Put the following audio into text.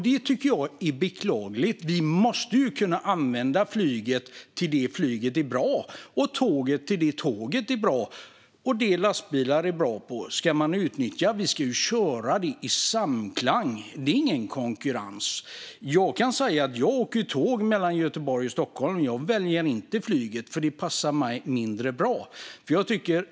Det tycker jag är beklagligt. Vi måste kunna använda flyget till det flyget är bra till, tåget till det tåget är bra till och lastbilar till det de är bra till. Vi ska utnyttja det och köra dem i samklang. Det är ingen konkurrens. Jag åker tåg mellan Göteborg och Stockholm. Jag väljer inte flyget, för det passar mig mindre bra.